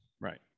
right